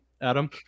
Adam